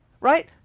right